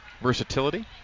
Versatility